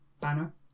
banner